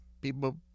people